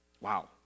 Wow